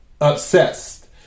Obsessed